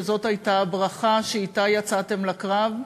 שזאת הייתה הברכה שאִתה יצאתם לקרב,